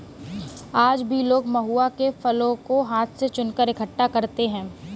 आज भी लोग महुआ के फलों को हाथ से चुनकर इकठ्ठा करते हैं